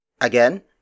Again